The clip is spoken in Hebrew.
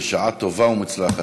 בשעה טובה ומוצלחת.